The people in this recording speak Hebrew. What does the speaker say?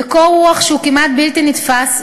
בקור-רוח שהוא כמעט בלתי נתפס,